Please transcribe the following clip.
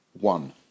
one